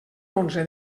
onze